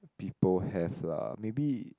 people have lah maybe